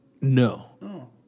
No